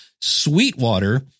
Sweetwater